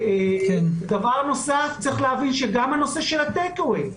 בנושא של ה-Take away,